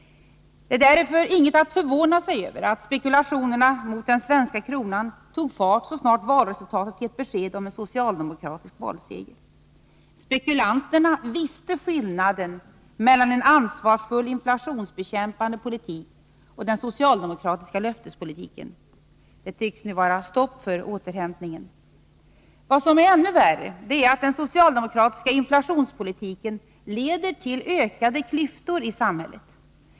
Det är därför inget att förvåna sig över att spekulationerna mot den svenska kronan tog fart så snart valresultatet gett besked om en socialdemokratisk valseger. ”Spekulanterna” visste skillnaden mellan en ansvarsfull inflationsbekäm pande politik och den socialdemokratiska löftespolitiken. Nu tycks det vara stopp för återhämtningen. Vad som är ännu värre är att den socialdemokratiska inflationspolitiken leder till ökade klyftor i samhället.